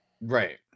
Right